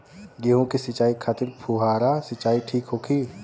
गेहूँ के सिंचाई खातिर फुहारा सिंचाई ठीक होखि?